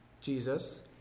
Jesus